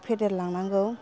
फेदेरलांनांगौ